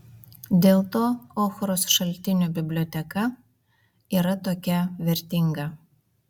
dėl to ochros šaltinių biblioteka yra tokia vertinga